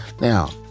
Now